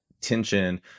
tension